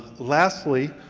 lastly,